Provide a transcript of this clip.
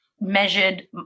measured